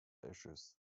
issues